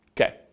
Okay